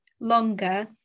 longer